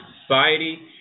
society